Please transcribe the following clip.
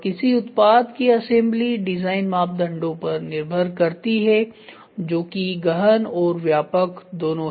किसी उत्पाद की असेंबली डिजाइन मापदंडों पर निर्भर करती है जो कि गहन और व्यापक दोनों हैं